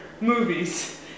movies